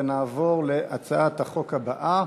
נעבור להצעת החוק הבאה: